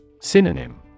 Synonym